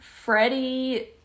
Freddie